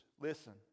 listen